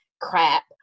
crap